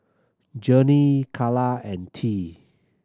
Journey Carla and Tea